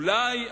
אולי,